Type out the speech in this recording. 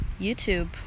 YouTube